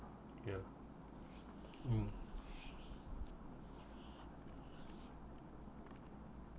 yeah mm